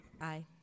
Aye